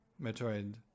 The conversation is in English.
Metroid